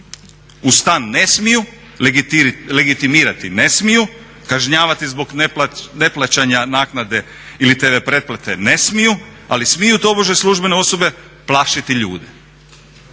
U stan ne smiju, legitimiraju ne smiju, kažnjavati zbog neplaćanja naknade ili tv pretplate ne smiju, ali smiju tobože službene osobe plašiti ljude.